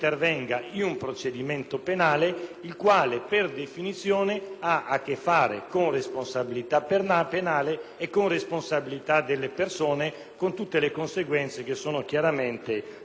il quale, per definizione, ha a che fare con responsabilità penale e con responsabilità delle persone, con tutte le conseguenze chiaramente e facilmente intuibili da parte di tutti.